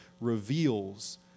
reveals